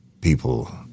people